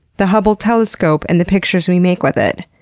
the hubble telescope and the pictures we make with it.